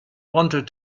wanted